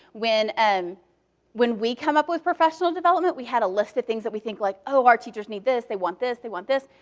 when um when we come up with professional development, we had a list of things that we think like, oh, our teachers need this. they want this. they want this.